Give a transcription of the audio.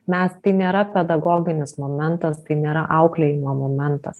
mes tai nėra pedagoginis momentas tai nėra auklėjimo momentas